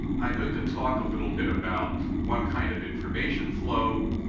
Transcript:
i'm going to talk a little bit about one kind of information flow,